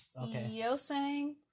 Yosang